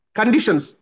conditions